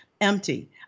empty